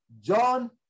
John